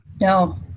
No